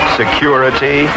security